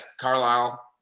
Carlisle